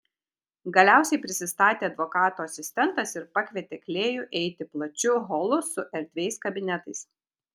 galiausiai prisistatė advokato asistentas ir pakvietė klėjų eiti plačiu holu su erdviais kabinetais